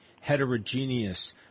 heterogeneous